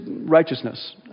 righteousness